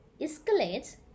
escalates